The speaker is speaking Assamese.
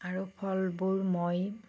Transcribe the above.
আৰু ফলবোৰ মই